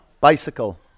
Bicycle